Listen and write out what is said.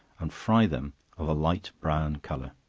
and fry them of a light-brown color.